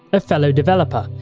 a fellow developer,